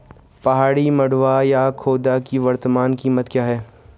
पहाड़ी मंडुवा या खोदा की वर्तमान कीमत क्या है?